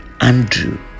Andrew